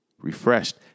Refreshed